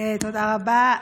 תודה רבה.